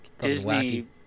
disney